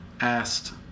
asked